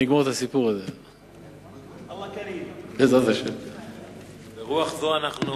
ברוח זו, אנחנו